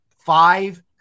five